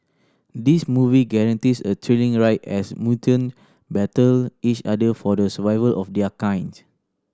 this movie guarantees a thrilling ride as mutant battle each other for the survival of their kind